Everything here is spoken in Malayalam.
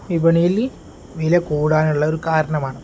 വിപണിയിൽ വില കൂടാനുള്ള ഒരു കാരണമാണ്